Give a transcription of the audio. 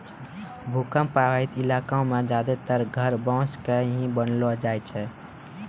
भूकंप प्रभावित इलाका मॅ ज्यादातर घर बांस के ही बनैलो जाय छै